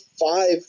five